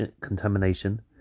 contamination